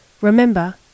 Remember